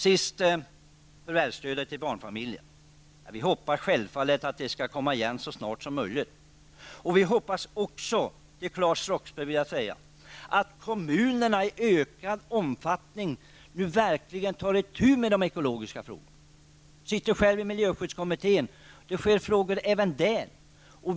Sist till förvärvsstödet för barnfamiljerna. Vi hoppas självfallet att det skall komma igen så snart som möjligt. Till Claes Roxbergh vill jag säga att vi också hoppas att kommunerna så snart som möjligt tar itu med de ekologiska frågorna. Jag sitter själv i miljöskyddskommittén, och även där tar vi upp dessa frågor.